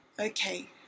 okay